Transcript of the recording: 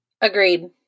Agreed